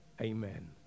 Amen